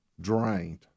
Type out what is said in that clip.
drained